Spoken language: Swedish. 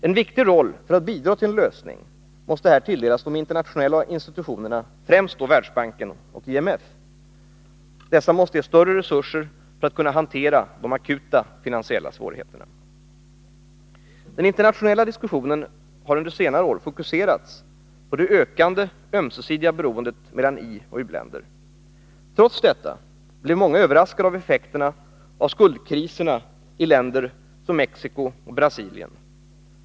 En viktig roll för att bidra till en lösning måste här tilldelas de internationella institutionerna, främst Världsbanken och IMF. Dessa måste ges större resurser för att kunna hantera de akuta finansiella svårigheterna. Den internationella diskussionen har under senare år fokuserats på det ökande ömsesidiga beroendet mellan ioch u-länder. Trots detta blev många överraskade av effekterna av skuldkriserna i länder som Mexico och Brasilien.